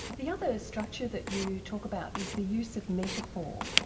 the other structure that you talk about is the use of metaphor.